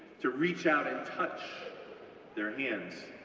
to reach out and touch their hands.